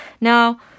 now